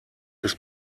ist